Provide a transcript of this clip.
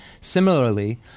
Similarly